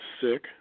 sick